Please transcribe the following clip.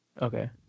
Okay